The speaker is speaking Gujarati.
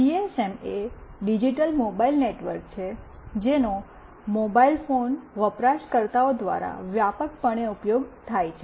જીએસએમ એ ડિજિટલ મોબાઇલ નેટવર્ક છે જેનો મોબાઇલ ફોન વપરાશકર્તાઓ દ્વારા વ્યાપકપણે ઉપયોગ થાય છે